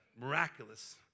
miraculous